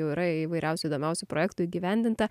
jau yra įvairiausių įdomiausių projektų įgyvendinta